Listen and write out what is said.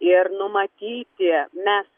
ir numatyti mes